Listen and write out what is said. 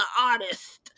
artist